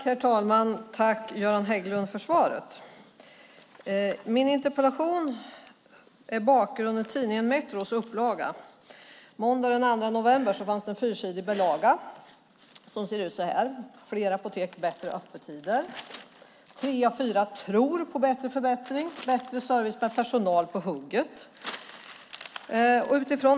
Herr talman! Jag tackar Göran Hägglund för svaret. Bakgrunden till min interpellation är en fyrsidig bilaga i tidningen Metro måndagen den 2 november. I bilagan finns artiklar med rubriker som "Fler apotek - bättre öppettider", "Tre av fyra tror på förbättring" samt "Bättre service med personal på hugget".